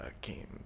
came